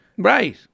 Right